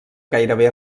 gairebé